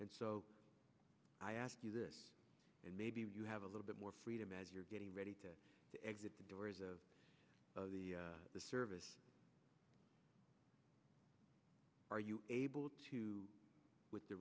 and so i ask you this and maybe you have a little bit more freedom as you're getting ready to exit the doors of the service are you able to with the